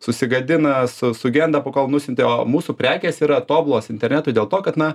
susigadina su sugenda pakol nusiunti o mūsų prekės yra tobulos internetui dėl to kad na